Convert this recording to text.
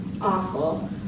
awful